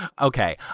Okay